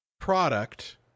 product